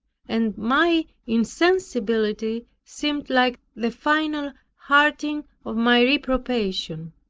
and my insensibility seemed like the final hardening of my reprobation.